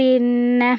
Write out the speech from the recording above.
പിന്നെ